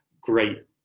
great